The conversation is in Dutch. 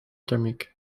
thermiek